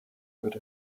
good